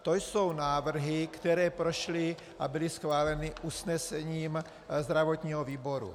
To jsou návrhy, které prošly a byly schváleny usnesením zdravotního výboru.